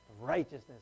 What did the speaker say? righteousness